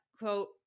quote